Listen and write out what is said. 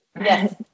Yes